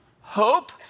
Hope